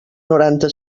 noranta